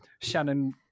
Shannon